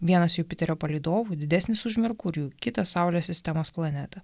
vienas jupiterio palydovų didesnis už merkurijų kitą saulės sistemos planetą